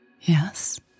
Yes